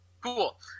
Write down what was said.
Cool